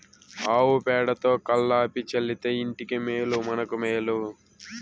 ఆవు పేడతో కళ్లాపి చల్లితే ఇంటికి మేలు మనకు మేలు